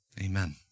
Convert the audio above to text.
Amen